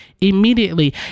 immediately